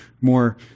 more